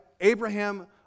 Abraham